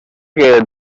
que